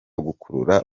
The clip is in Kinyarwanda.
gukurura